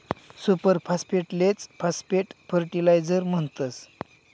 super फास्फेटलेच phosphate fertiliser म्हणतस